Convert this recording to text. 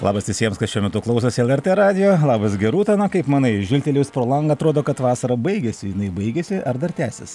labas visiems kas šiuo metu klausosi lrt radijo labas gerūta na kaip manai žvilgtelėjus pro langą atrodo kad vasara baigiasi jinai baigiasi ar dar tęsis